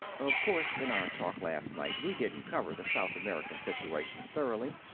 of course, in our talk last night, we didn't cover the south american situation thoroughly.